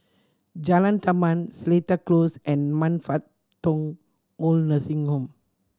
Jalan Taman Seletar Close and Man Fut Tong Old Nursing Home